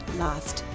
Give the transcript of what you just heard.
last